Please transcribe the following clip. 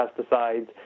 pesticides